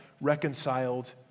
reconciled